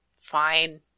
Fine